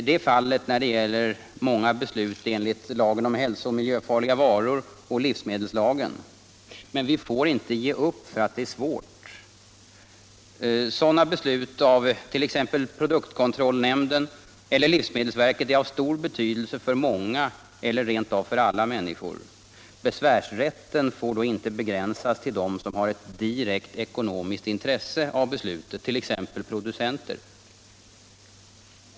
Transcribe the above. Det är fallet med många beslut enligt lagen om hälsooch miljöfarliga varor och livsmedelslagen. Men vi får inte ge upp därför att det är svårt. Sådana beslut av t.ex. produktkontrollnämnden eller livsmedelsverket är av stor betydelse för många eller rent av för alla människor. Besvärsrätten får då inte begränsas till dem som har ett direkt ekonomiskt intresse av beslutet, t.ex. producenter.